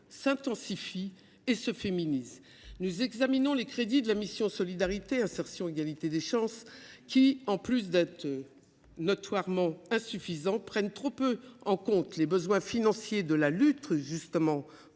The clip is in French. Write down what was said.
s’intensifie et se féminise. Les crédits de la mission « Solidarité, insertion et égalité des chances », en plus d’être notoirement insuffisants, prennent trop peu en compte les besoins financiers de la lutte contre